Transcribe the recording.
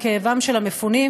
עם כאבם של המפונים,